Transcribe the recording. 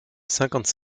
cinquante